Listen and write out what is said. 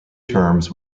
terms